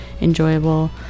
enjoyable